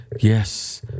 Yes